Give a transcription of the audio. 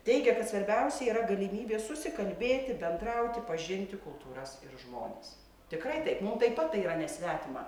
teigia kad svarbiausia yra galimybė susikalbėti bendrauti pažinti kultūras ir žmones tikrai taip mum taip pat tai yra nesvetima